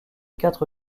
quatre